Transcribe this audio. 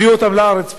הביאו אותם פה לארץ,